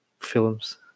films